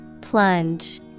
Plunge